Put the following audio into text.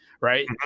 right